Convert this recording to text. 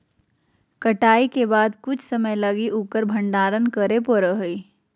कटाई के बाद कुछ समय लगी उकर भंडारण करे परैय हइ